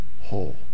whole